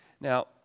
Now